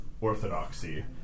orthodoxy